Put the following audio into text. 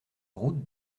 route